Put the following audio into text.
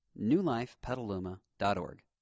newlifepetaluma.org